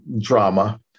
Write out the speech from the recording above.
drama